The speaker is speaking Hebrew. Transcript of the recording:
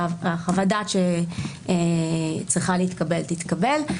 וחוות הדעת שצריכה להתקבל תתקבל.